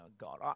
God